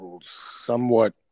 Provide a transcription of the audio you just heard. somewhat